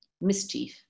Mischief